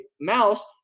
mouse